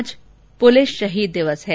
आज पुलिस शहीद दिवस है